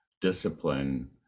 discipline